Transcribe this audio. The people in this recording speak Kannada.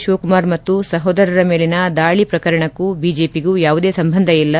ಶಿವಕುಮಾರ್ ಮತ್ತು ಸಹೋದರರ ಮೇಲಿನ ದಾಳಿ ಪ್ರಕರಣಕ್ಕೂ ಬಿಜೆಪಿಗೂ ಯಾವುದೇ ಸಂಬಂಧ ಇಲ್ಲ